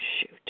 shoot